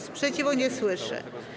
Sprzeciwu nie słyszę.